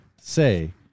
say